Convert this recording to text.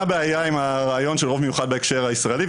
מה הבעיה עם הרעיון של רוב מיוחד בהקשר הישראלי,